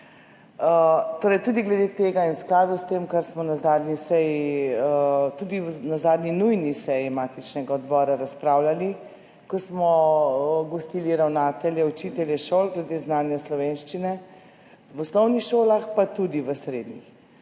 SDS. Tudi glede tega in v skladu s tem, kar smo na zadnji seji, tudi na zadnji nujni seji matičnega odbora razpravljali, ko smo gostili ravnatelje, učitelje šol glede znanja slovenščine v osnovnih šolah, pa tudi v srednjih.